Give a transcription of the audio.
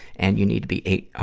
and you need to be eight, ah,